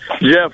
Jeff